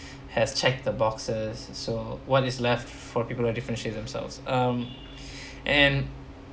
has check the boxes so what is left for people to differentiate themselves um and